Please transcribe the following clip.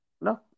No